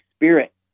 spirit